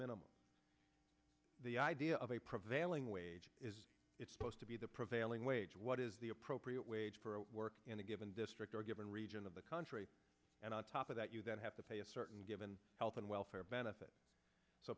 minimum the idea of a prevailing wage is it's supposed to be the prevailing wage what is the appropriate wage for a work in a given district or given region of the country and on top of that you then have to pay a certain given health and welfare benefit so